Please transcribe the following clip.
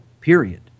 period